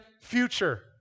future